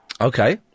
Okay